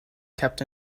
kept